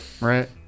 right